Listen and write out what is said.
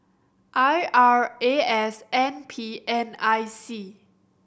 I R A S N P and I C